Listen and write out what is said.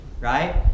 right